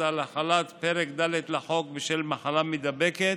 על החלת פרק ד' לחוק בשל מחלה מידבקת,